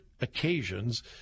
occasions